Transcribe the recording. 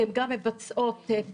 כי הן גם מבצעות פעולות: